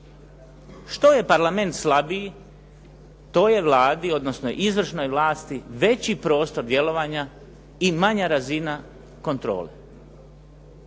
Što je parlament slabiji do je vladi, odnosno izvršnoj vlasti veći prostor djelovanja i manja razina kontrole.